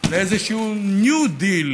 לאיזשהו ניו דיל,